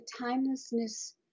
timelessness